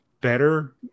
better